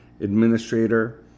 administrator